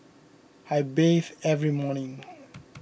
I bathe every morning